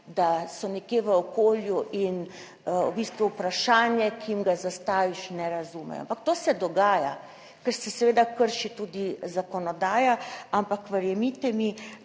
da so nekje v okolju in v bistvu vprašanje, ki jim ga zastaviš, ne razumejo, ampak to se dogaja, ker se seveda krši tudi zakonodaja, ampak verjemite mi,